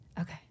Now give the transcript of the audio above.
Okay